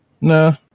no